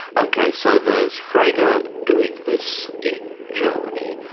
ok, so there's frege and doing this in germany,